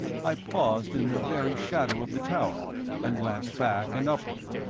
i paused in the very shadow of the tower and glanced back and upward.